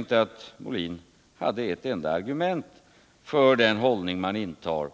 inte att Björn Molin hade ett enda argument för den hållning man intar,